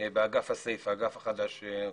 באגף הסייף, האגף החדש שהוקם.